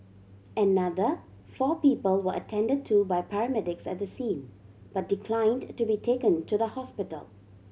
another four people were attend to by paramedics at the scene but declined to be taken to the hospital